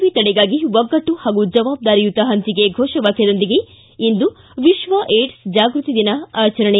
V ತಡೆಗಾಗಿ ಒಗ್ಗಟ್ಟು ಹಾಗೂ ಜವಾಬ್ದಾರಿಯುತ ಹಂಚಿಕೆ ಘೋಷ ವಾಕ್ಕದೊಂದಿಗೆ ಇಂದು ವಿಕ್ವ ಏಡ್ಸ್ ಜಾಗೃತಿ ದಿನ ಆಚರಣೆ